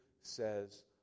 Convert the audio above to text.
says